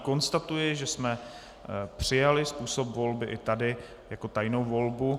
Konstatuji, že jsme přijali způsob volby i tady jako tajnou volbu.